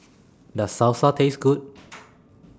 Does Salsa Taste Good